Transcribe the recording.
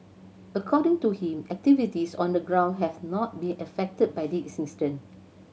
according to him activities on the ground have not been affected by this incident